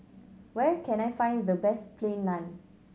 where can I find the best Plain Naan